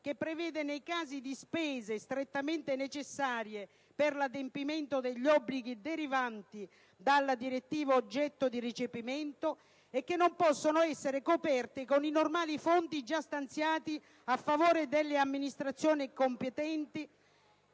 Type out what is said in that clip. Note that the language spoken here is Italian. che, nei casi di spese strettamente necessarie per l'adempimento degli obblighi derivanti dalla direttiva oggetto di recepimento, prevede che non possano essere coperte con i normali fondi già stanziati a favore delle amministrazioni competenti